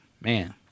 man